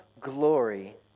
glory